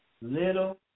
Little